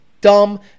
dumb